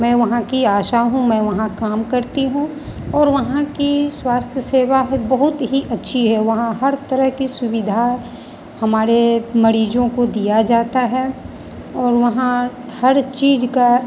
मैं वहाँ की आशा हूँ मैं वहाँ काम करती हूँ और वहाँ कि स्वास्थ्य सेवा है बहुत ही अच्छी है वहाँ हर तरह की सुविधा हमारे मरीजों को दिया जाता है और वहाँ हर चीज का